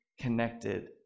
connected